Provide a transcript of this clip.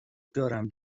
دارم